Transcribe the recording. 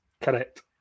Correct